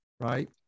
right